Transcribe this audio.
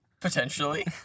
Potentially